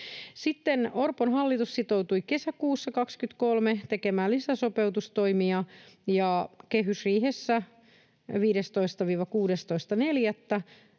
Orpon hallitus sitoutui kesäkuussa 23 tekemään lisäsopeutustoimia, ja kehysriihessä 15.—16.4.